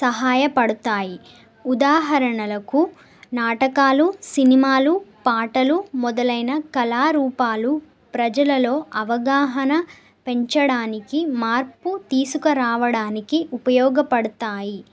సహాయపడతాయి ఉదాహరణలకు నాటకాలు సినిమాలు పాటలు మొదలైన కళారూపాలు ప్రజలలో అవగాహన పెంచడానికి మార్పు తీసుకురావడానికి ఉపయోగపడతాయి